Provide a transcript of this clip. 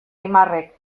aimarrek